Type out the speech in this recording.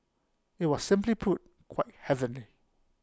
IT was simply put quite heavenly